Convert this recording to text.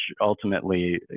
ultimately